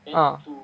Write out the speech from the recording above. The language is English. ah